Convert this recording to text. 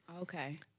Okay